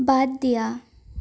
বাদ দিয়া